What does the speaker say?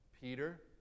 Peter